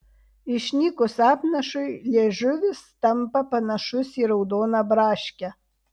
išnykus apnašui liežuvis tampa panašus į raudoną braškę